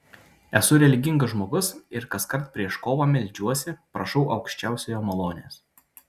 esu religingas žmogus ir kaskart prieš kovą meldžiuosi prašau aukščiausiojo malonės